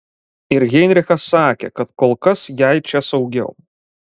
ir heinrichas sakė kad kol kas jai čia saugiau